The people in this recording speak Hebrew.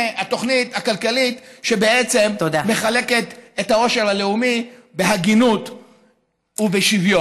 הינה התוכנית הכלכלית שבעצם מחלקת את העושר הלאומי בהגינות ובשוויון.